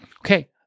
okay